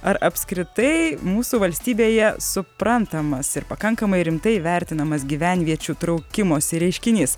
ar apskritai mūsų valstybėje suprantamas ir pakankamai rimtai vertinamas gyvenviečių traukimosi reiškinys